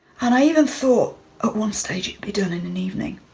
and i even thought at one stage, be done in an evening.